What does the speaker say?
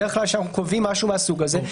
בדרך כלל כשאנחנו קובעים משהו מהסוג הזה,